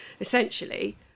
essentially